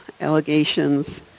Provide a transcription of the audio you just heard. allegations